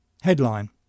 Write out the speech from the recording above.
Headline